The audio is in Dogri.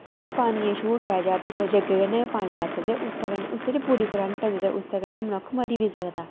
ते कुतै पानियै ई छूई ओड़ेआ जां भी कुतै जग्गै कन्नै गै पानी लैता ते उसदे कन्नै उस च पूरी करंट उसदे कन्नै मनुक्ख मरी बी सकदा